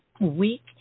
week